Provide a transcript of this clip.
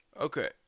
Okay